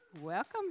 Welcome